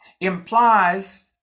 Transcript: implies